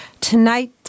tonight